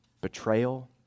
betrayal